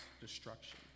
destruction